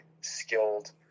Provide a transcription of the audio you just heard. skilled